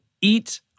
eat